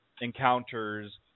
encounters